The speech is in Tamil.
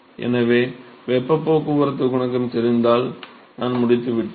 எனவே வெப்பப் போக்குவரத்து குணகம் தெரிந்தால் நான் முடித்துவிட்டேன்